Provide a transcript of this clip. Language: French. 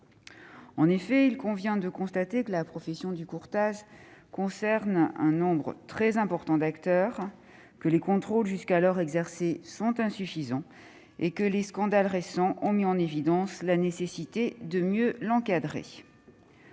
En effet, il convient de constater que la profession du courtage concerne un nombre très important d'acteurs, que les contrôles jusqu'alors exercés sont insuffisants et que les scandales récents ont mis en évidence la nécessité de mieux l'encadrer.